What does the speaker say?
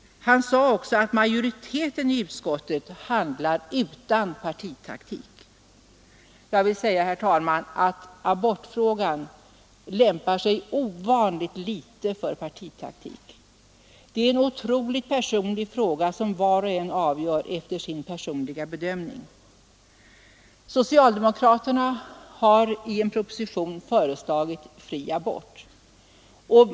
Han sade också att majoriteten i utskottet handlat utan partitaktik. Jag vill framhålla att abortfrågan lämpar sig ovanligt litet för partitaktik. Det är en otroligt personlig fråga, som var och en avgör efter sin personliga bedömning. Socialdemokraterna har i en proposition föreslagit fri abort.